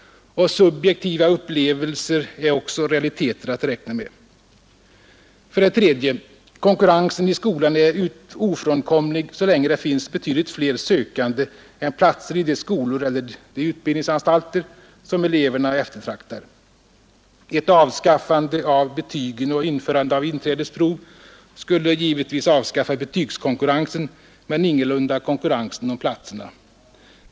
Och subjektiva upplevelser är också realiteter att räkna med. För det tredje är konkurrensen i skolan ofrånkomlig så länge det finns betydligt fler sökande än platser i de skolor eller utbildningsanstalter som eleverna eftertraktar. Ett avskaffande av betygen och införande av inträdesprov skulle givetvis avskaffa betygskonkurrensen men ingalunda konkurrensen om platserna.